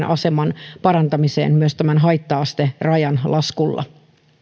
aseman parantamiseen myös tämän haitta asterajan laskulla